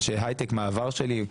אנשי הייטק מהעבר שלי,